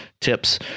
tips